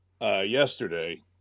yesterday